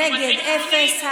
נגד, אפס.